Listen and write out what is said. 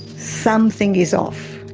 something is off,